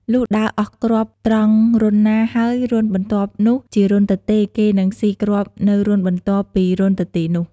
លុះដើរអស់គ្រាប់ត្រង់រន្ធណា ហើយរន្ធបន្ទាប់នោះ ជារន្ធទទេ គេនឹងស៊ីគ្រាប់នៅរន្ធបន្ទាប់ពីរន្ធទទេនោះ។